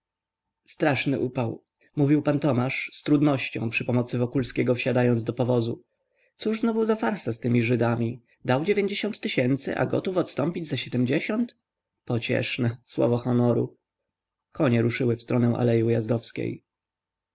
straszny upał mówił pan tomasz z trudnością przy pomocy wokulskiego siadając do powozu cóż znowu za farsa z tymi żydami dał dziewięćdziesiąt tysięcy a gotów odstąpić za siedmdziesiąt pocieszne słowo honoru konie ruszyły w stronę alei ujazdowskiej w